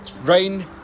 Rain